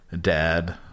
dad